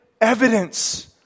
evidence